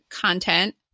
content